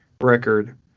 record